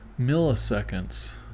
milliseconds